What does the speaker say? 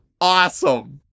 awesome